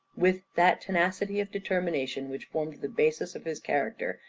with that tenacity of determination which formed the basis of his character,